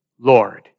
Lord